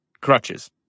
crutches